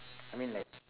I mean like